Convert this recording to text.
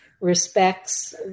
respects